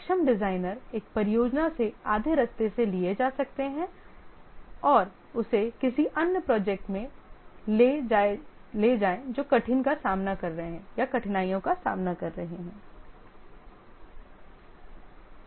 सक्षम डिजाइनर एक परियोजना से आधे रास्ते से लिए जा सकते हैं उसे किसी अन्य प्रोजेक्ट में ले जाएं जो कठिनाई का सामना कर रहा है